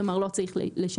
כלומר, לא צריך לשלם.